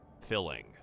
filling